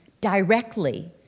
directly